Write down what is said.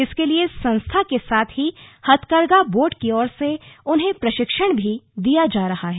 इसके लिए संस्था के साथ ही हथकरघा बोर्ड की ओर से उन्हें प्रशिक्षण भी दिया जाता है